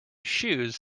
shoes